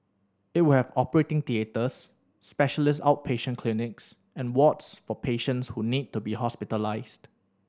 it will have operating theatres specialist outpatient clinics and wards for patients who need to be hospitalised